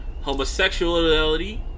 Homosexuality